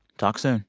talk soon